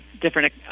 different